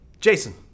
Jason